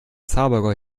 zabergäu